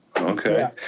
Okay